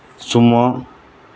sumo